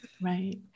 Right